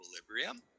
equilibrium